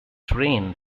train